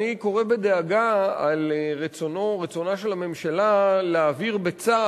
אני קורא בדאגה על רצונה של הממשלה להעביר בצו